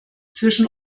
zwischen